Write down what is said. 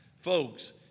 folks